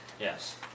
Yes